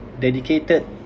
dedicated